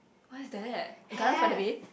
what is that at Gardens-by-the-Bay